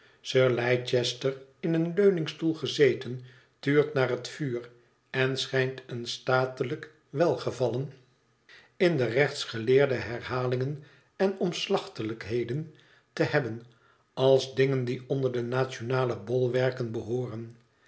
sir leicester in een leuningstoel gezeten tuurt naar het vuur en schijnt een statelijk welgevallen in de rechtsgeleerde herhalingen en omslachtigheden te hebben als dingen die onder de nationale bolwerken behooren